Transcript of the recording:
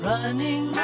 Running